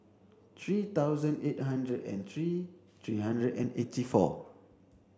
three thousand eight hundred and three three hundred and eight four